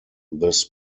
this